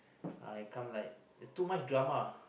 uh I come like is too much drama